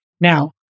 now